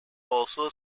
also